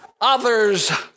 others